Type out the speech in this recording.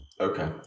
Okay